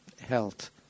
health